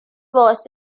was